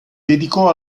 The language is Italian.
dedicò